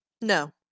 no